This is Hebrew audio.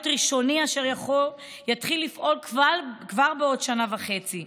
ראשוני אשר יתחיל לפעול כבר בעוד שנה וחצי.